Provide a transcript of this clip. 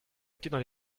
étaient